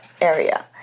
Area